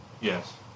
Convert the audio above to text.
Yes